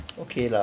okay lah